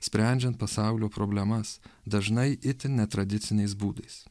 sprendžiant pasaulio problemas dažnai itin netradiciniais būdais